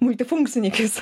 multifunkcinį keis